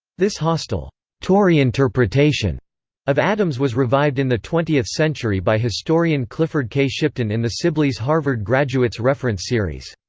this hostile tory interpretation of adams was revived in the twentieth century by historian historian clifford k. shipton in the sibley's harvard graduates reference series.